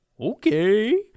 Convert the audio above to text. okay